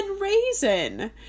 raisin